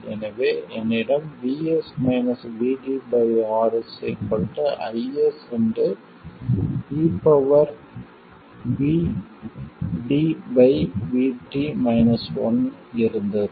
எனவே என்னிடம் R IS இருந்தது